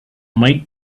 might